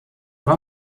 war